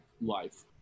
life